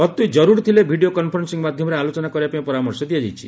ଅତି ଜରୁରୀ ଥିଲେ ଭିଡ଼ିଓ କନ୍ଫରେନ୍ୱଂ ମାଧ୍ଧମରେ ଆଲୋଚନା କରିବାପାଇଁ ପରାମର୍ଶ ଦିଆଯାଇଛି